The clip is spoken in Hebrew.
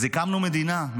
אז הקמנו מדינה,